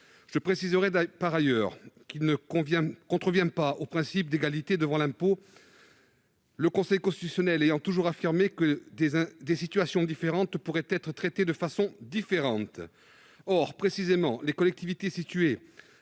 Je précise par ailleurs que cet amendement ne contrevient pas au principe d'égalité devant l'impôt, le Conseil constitutionnel ayant toujours affirmé que des situations différentes pourraient être traitées de façon différente. Précisément, les collectivités situées